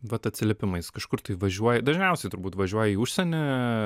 vat atsiliepimais kažkur tai važiuoji dažniausiai turbūt važiuoji į užsienį